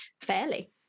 fairly